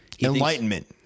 Enlightenment